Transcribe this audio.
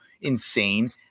insane